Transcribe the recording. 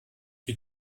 die